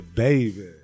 baby